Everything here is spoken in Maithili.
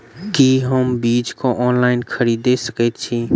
की हम बीज केँ ऑनलाइन खरीदै सकैत छी?